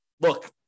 look